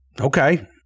Okay